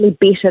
better